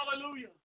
Hallelujah